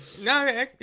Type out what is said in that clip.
No